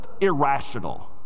irrational